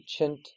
ancient